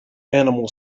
animal